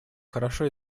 хорошо